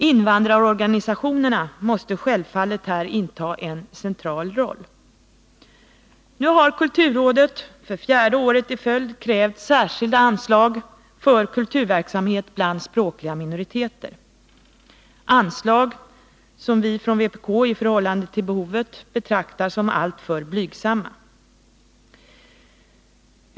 Invandrarorganisationerna måste självfallet här inta en central roll. Nu har kulturrådet för fjärde året i följd krävt särskilda anslag för kulturverksamhet bland språkliga minoriteter, anslag som vi från vpk i förhållande till behovet betraktar som alltför blygsamma.